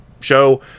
show